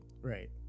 Right